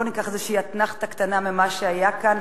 בואו ניקח איזושהי אתנחתא קטנה ממה שהיה כאן,